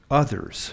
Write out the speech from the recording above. others